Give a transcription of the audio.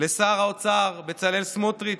ולשר האוצר בצלאל סמוטריץ',